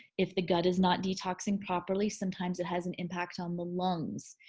if the gut is not detoxing properly sometimes it has an impact on the lungs.